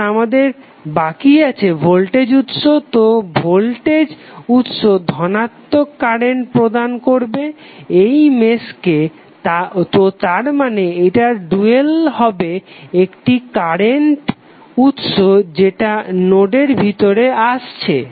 এখন আমাদের বাকি আছে ভোল্টেজ উৎস তো ভোল্টেজ উৎস ধনাত্মক কারেন্ট প্রদান করবে এই মেশকে তো তারমানে এটার ডুয়াল হবে একটি কারেন্ট উৎস যেটা নোডের ভিতরে আসবে